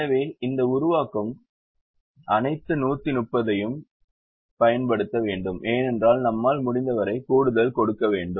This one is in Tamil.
எனவே இந்த உருவாக்கம் அனைத்து 130 ஐயும் பயன்படுத்த வேண்டும் ஏனென்றால் நம்மால் முடிந்தவரை கூடுதல் கொடுக்க வேண்டும்